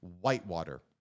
whitewater